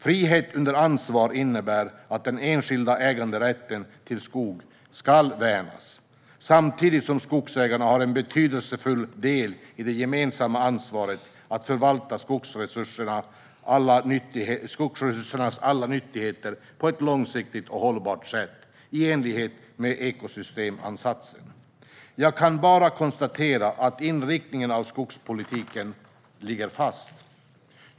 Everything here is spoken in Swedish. Frihet under ansvar innebär att den enskilda äganderätten till skog ska värnas, samtidigt som skogsägaren har en betydelsefull del i det gemensamma ansvaret att förvalta skogsresursens alla nyttigheter på ett långsiktigt hållbart sätt i enlighet med ekosystemansatsen. Jag kan bara konstatera att inriktningen av skogspolitiken ligger fast.